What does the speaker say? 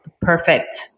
perfect